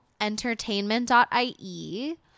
entertainment.ie